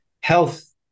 health